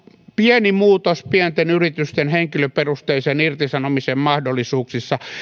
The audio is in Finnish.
pieni muutos pienten yritysten henkilöperusteisen irtisanomisen mahdollisuuksissa